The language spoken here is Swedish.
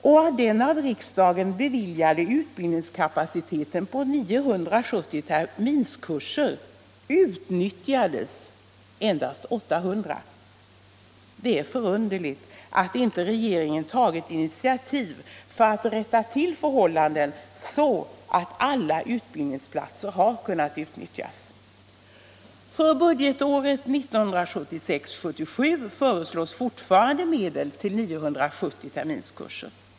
Och av den av riksdagen beviljade utbildningskapaciteten på 970 terminskurser utnyttjades endast 800. Det är förunderligt att regeringen inte tagit initiativ för att rätta till förhållandena så att alla utbildningsplatser har kunnat utnyttjas. För budgetåret 1976/77 föreslås fortfarande medel till 970 terminskurser.